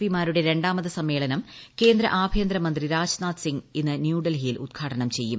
P മാരുടെ രണ്ടാമത് സമ്മേളനം കേന്ദ്ര ആഭ്യന്തരമന്ത്രി രാജ്നാഥ് സിങ് ഇന്ന് ന്യൂഡൽഹിയിൽ ഉദ്ഘാടനം ചെയ്യും